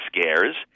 scares